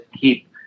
keep